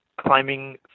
climbing